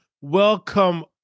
welcome